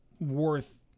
worth